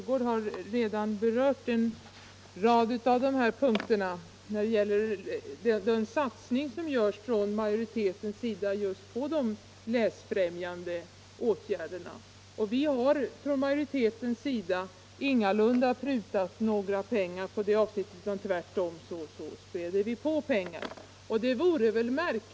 Herr talman! Fru Mogård talade om den satsning som görs på läsfrämjande åtgärder i vid mening. Ja, vi i utskottets majoritet har ingalunda prutat på pengarna i det avseendet. Tvärtom vill vi späda på med mera pengar.